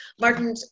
Martin